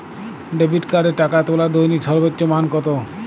Debit কার্ডে টাকা তোলার দৈনিক সর্বোচ্চ মান কতো?